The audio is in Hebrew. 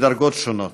בדרגות שונות.